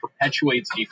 perpetuates